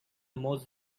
most